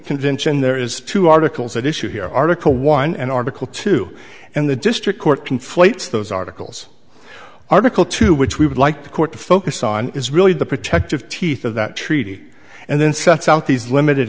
convention there is two articles at issue here article one and article two in the district court conflates those articles are nickel two which we would like the court to focus on is really the protective teeth of that treaty and then sets out these limited